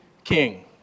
King